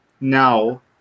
now